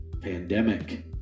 pandemic